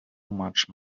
much